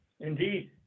Indeed